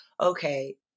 okay